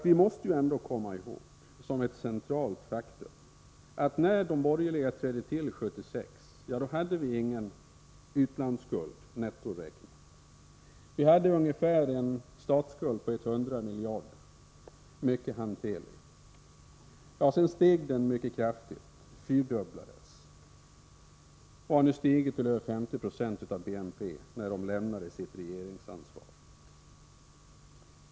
Vi måste som ett centralt faktum komma ihåg att när de borgerliga 1976 tillträdde hade vi ingen utlandsskuld, netto räknat. Vi hade en mycket hanterlig statsskuld på ungefär 100 miljarder. Sedan steg den mycket kraftigt — den fyrdubblades. Den hade när de lämnade sitt regeringsansvar stigit till över 50 20 av BNP.